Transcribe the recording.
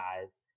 guys